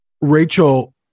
Rachel